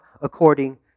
according